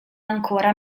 ancora